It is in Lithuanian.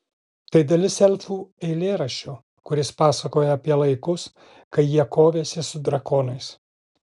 tai dalis elfų eilėraščio kuris pasakoja apie laikus kai jie kovėsi su drakonais